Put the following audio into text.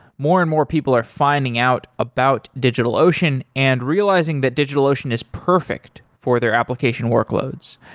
more and more people are finding out about digitalocean and realizing that digitalocean is perfect for their application workloads.